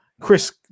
Chris